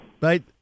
right